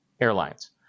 airlines